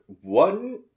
one